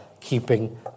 keeping